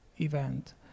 event